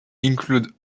include